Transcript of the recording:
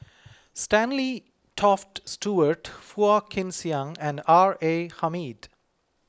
Stanley Toft Stewart Phua Kin Siang and R A Hamid